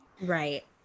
Right